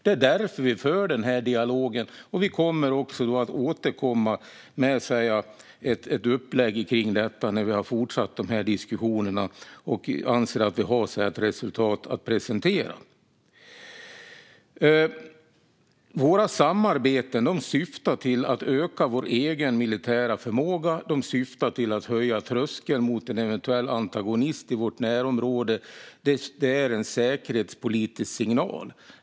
Det är därför vi för den här dialogen, och vi kommer att återkomma med ett upplägg rörande detta när vi har fortsatt diskussionerna och anser att vi har ett resultat att presentera. Våra samarbeten syftar till att öka vår egen militära förmåga, och de syftar till att höja tröskeln mot en eventuell antagonist i vårt närområde. Det är en säkerhetspolitisk signal.